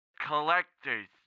collectors